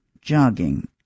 jogging